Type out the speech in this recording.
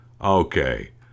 Okay